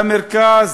למרכז?